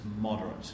moderate